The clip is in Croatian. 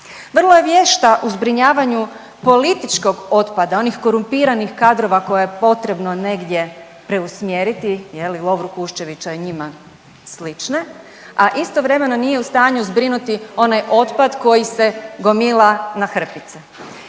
vrlo je vješta u zbrinjavanju političkog otpada onih korumpiranih kadrova koje je potrebno negdje preusmjeriti je li Lovru Kuščevića i njima slične, a istovremeno nije u stanju zbrinuti onaj otpad koji se gomila na hrpici.